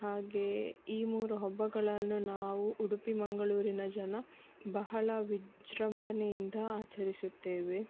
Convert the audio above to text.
ಹಾಗೆ ಈ ಮೂರು ಹಬ್ಬಗಳನ್ನು ನಾವು ಉಡುಪಿ ಮಂಗಳೂರಿನ ಜನ ಬಹಳ ವಿಜೃಂಭಣೆಯಿಂದ ಆಚರಿಸುತ್ತೇವೆ